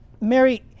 Mary